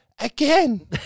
again